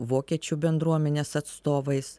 vokiečių bendruomenės atstovais